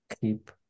keep